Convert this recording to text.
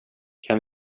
kan